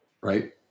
right